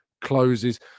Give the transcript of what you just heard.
closes